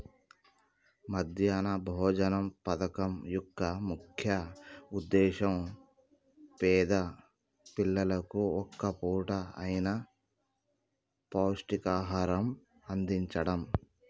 మధ్యాహ్న భోజన పథకం యొక్క ముఖ్య ఉద్దేశ్యం పేద పిల్లలకు ఒక్క పూట అయిన పౌష్టికాహారం అందిచడం